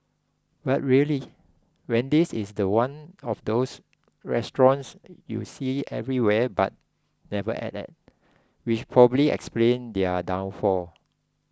but really Wendy's is the one of those restaurants you see everywhere but never ate at which probably explain their downfall